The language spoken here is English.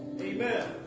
amen